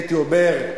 הייתי אומר,